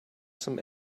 some